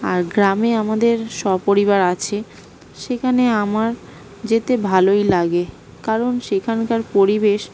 আর গ্রামে আমাদের সপরিবার আছে সেখানে আমার যেতে ভালোই লাগে কারণ সেখানকার পরিবেশ